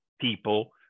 people